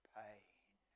pain